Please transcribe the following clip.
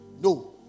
No